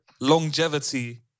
longevity